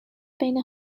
بین